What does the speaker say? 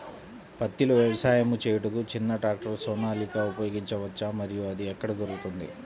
పత్తిలో వ్యవసాయము చేయుటకు చిన్న ట్రాక్టర్ సోనాలిక ఉపయోగించవచ్చా మరియు అది ఎక్కడ దొరుకుతుంది?